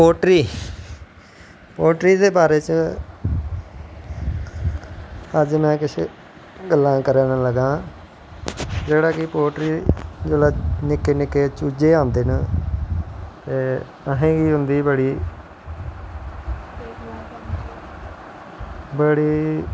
poultry poultry दे बारे च अज्ज में किश गल्लां करन लगां जेह्ड़ा कि पोल्ट्री जिसलै निक्के निक्के चूज़े आंदे न असेंगी उंदी बड़ी बड़ी